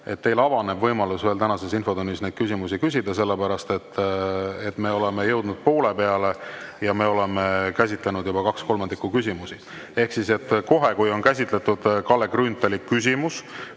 teil avaneb võimalus veel tänases infotunnis küsida, sellepärast et me oleme jõudnud poole peale ja oleme käsitlenud juba kaks kolmandikku küsimustest. Ehk siis et kohe, kui on käsitletud Kalle Grünthali küsimus